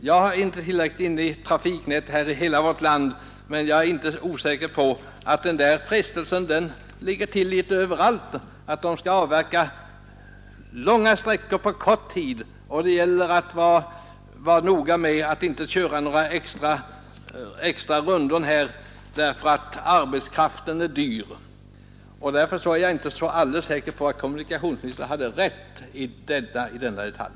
Jag har inte ingående kännedom om trafiknätet i hela vårt land, men jag tror att litet överallt finns frestelsen att man skall avverka långa sträckor på kort tid och att man skall vara noga med att inte köra några extra rundor, eftersom arbetskraften är dyr. Därför är jag inte så alldeles säker på att kommunikationsministern hade rätt i denna detalj.